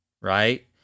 Right